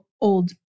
old